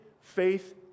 faith